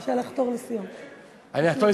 בבקשה לחתור לסיום, טוב?